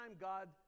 God